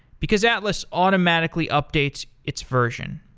because atlas automatically updates its version.